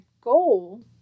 goal